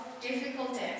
difficulties